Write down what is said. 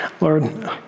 Lord